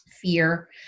Fear